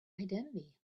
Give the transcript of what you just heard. identity